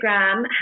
Instagram